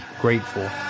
grateful